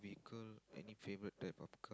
vehicle any favourite type of care